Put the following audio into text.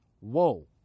Whoa